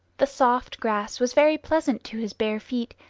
the soft grass was very pleasant to his bare feet,